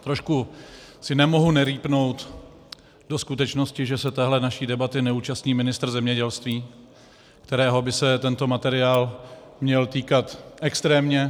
Trošku si nemohu nerýpnout do skutečnosti, že se téhle naší debaty neúčastní ministr zemědělství, kterého by se tenhle materiál měl týkat extrémně.